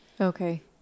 Okay